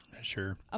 Sure